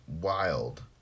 wild